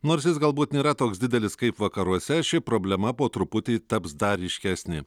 nors jis galbūt nėra toks didelis kaip vakaruose ši problema po truputį taps dar ryškesnė